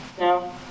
No